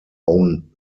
own